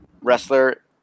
wrestler